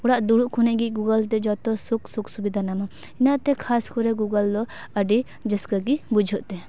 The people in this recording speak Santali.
ᱚᱲᱟᱜ ᱫᱩᱲᱩᱵ ᱠᱷᱚᱱᱤᱡ ᱜᱮ ᱜᱩᱜᱳᱞ ᱛᱮ ᱡᱚᱛᱚ ᱥᱳᱠ ᱥᱩᱵᱤᱫᱷᱟ ᱱᱟᱢᱟᱢ ᱤᱱᱟᱹᱛᱮ ᱠᱷᱟᱥ ᱠᱚᱨᱮ ᱜᱩᱜᱳᱞ ᱫᱚ ᱟᱹᱰᱤ ᱨᱟᱹᱥᱠᱟᱹᱜᱮ ᱵᱩᱡᱷᱟᱹᱜ ᱛᱮ